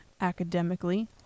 academically